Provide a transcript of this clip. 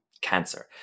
cancer